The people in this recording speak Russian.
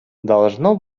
должно